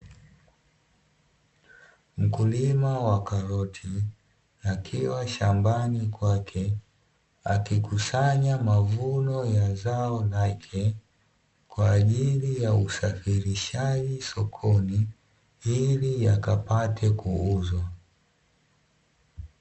Mkulima wa karoti akiwa shambani kwake akikusanya mavuno ya zao lake kwaajili ya usafirishaji sokoni ili yakapate kuuzwa.